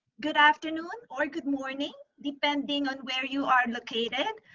good afternoon or good morning, depending on where you are located.